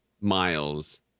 miles